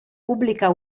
pubblica